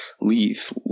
leave